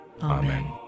Amen